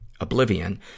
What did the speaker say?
Oblivion